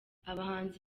abahanzi